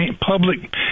public